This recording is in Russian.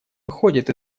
выходит